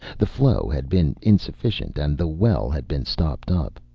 the flow had been insufficient and the well had been stopped up.